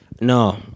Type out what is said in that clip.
No